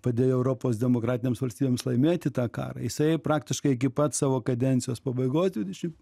padėjo europos demokratinėms valstybėms laimėti tą karą jisai praktiškai iki pat savo kadencijos pabaigos dvidešim